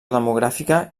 demogràfica